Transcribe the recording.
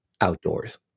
outdoors